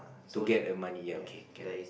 to get err money ya okay can